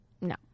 No